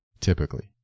typically